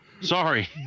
Sorry